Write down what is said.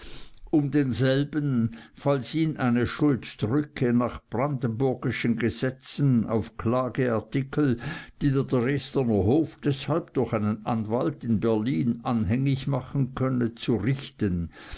um denselben falls ihn eine schuld drücke nach brandenburgischen gesetzen auf klageartikel die der dresdner hof deshalb durch einen anwalt in berlin anhängig machen könne zu richten